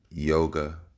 yoga